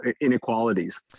inequalities